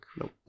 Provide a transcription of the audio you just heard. Nope